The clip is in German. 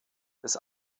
des